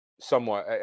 Somewhat